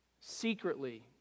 secretly